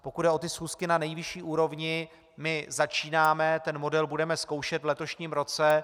Pokud jde o schůzky na nejvyšší úrovni, my začínáme, ten model budeme zkoušet v letošním roce.